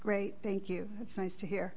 great thank you it's nice to hear